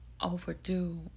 overdue